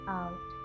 out